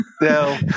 no